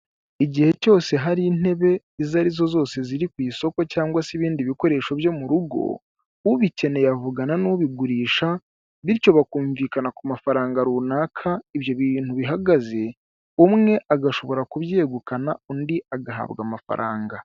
Igihe cyose hari intebe izo ari zo zose ziri ku isoko cyangwa se ibindi bikoresho byose byo mu rugo, ubikeneye avugana n'ubigurisha, bityo bakumvikana ku mafaranga runaka ibyo bintu bihagaze, umwe agashobora kubyegukana, undi agahabwa amafaranga.